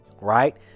right